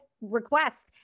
request